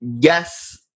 yes